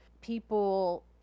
people